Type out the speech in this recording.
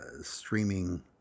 streaming